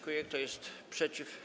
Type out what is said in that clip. Kto jest przeciw?